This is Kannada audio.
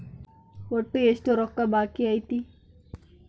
ಒಟ್ಟು ಎಷ್ಟು ರೊಕ್ಕ ಬಾಕಿ ಐತಿ?